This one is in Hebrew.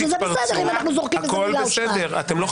וזה בסדר אם אנחנו זורקים מילה או שתיים.